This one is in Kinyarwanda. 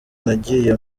nagiye